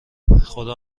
خدا